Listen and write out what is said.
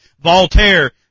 Voltaire